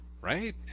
right